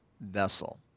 vessel